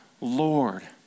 Lord